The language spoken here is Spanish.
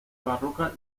barroca